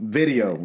video